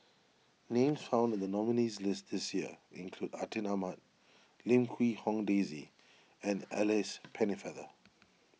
names found in the nominees' list this year include Atin Amat Lim Quee Hong Daisy and Alice Pennefather